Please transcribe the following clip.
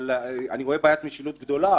אני רואה בעיית משילות גדולה,